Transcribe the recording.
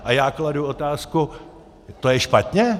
A já kladu otázku to je špatně?